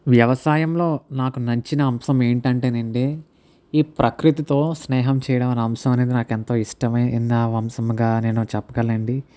వ్యవసాయంలో నాకు నచ్చిన అంశం ఏంటి అంటేనండి ఈ ప్రకృతితో స్నేహం చేయడం అనే అంశం అనేది నాకు ఎంతో ఇష్టమైన వంశముగా నేను చెప్పగలనండి